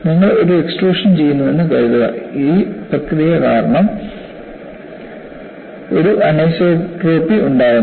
നിങ്ങൾ ഒരു എക്സ്ട്രൂഷൻ ചെയ്യുന്നുവെന്ന് കരുതുക ഇ പ്രക്രിയ കാരണം ഒരു അനീസോട്രോപി ഉണ്ടാക്കുന്നു